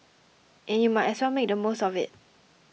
and you might as well make the most of it